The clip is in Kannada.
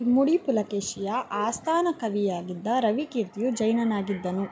ಇಮ್ಮಡಿ ಪುಲಕೇಶಿಯ ಆಸ್ಥಾನ ಕವಿಯಾಗಿದ್ದ ರವಿಕೀರ್ತಿಯು ಜೈನನಾಗಿದ್ದನು